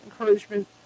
encouragement